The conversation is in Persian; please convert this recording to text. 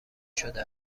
شده